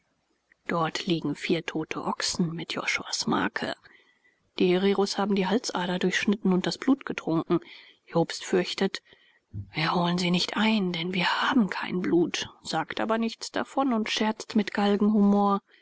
dort liegen vier tote ochsen mit josuas marke die hereros haben die halsader durchschnitten und das blut getrunken jobst fürchtet wir holen sie nicht ein denn wir haben kein blut sagt aber nichts davon und scherzt mit